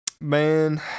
man